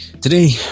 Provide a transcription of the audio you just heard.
Today